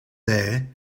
there